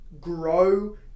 grow